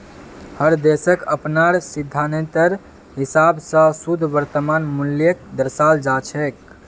हर देशक अपनार सिद्धान्तेर हिसाब स शुद्ध वर्तमान मूल्यक दर्शाल जा छेक